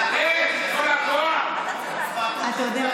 אתם יודעים,